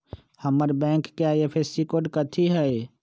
हमर बैंक के IFSC code कथि हई?